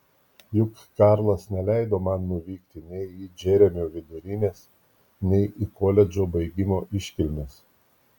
juk karlas neleido man nuvykti nei į džeremio vidurinės nei į koledžo baigimo iškilmes